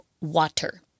water